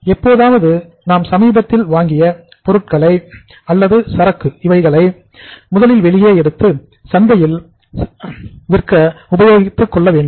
எப்போதாவது நாம் சமீபத்தில் வாங்கிய பொருட்கள் அல்லது சரக்கு இவைகளை முதலில் வெளியே எடுத்து சந்தையில் விற்க உபயோகப்படுத்திக் கொள்ள வேண்டும்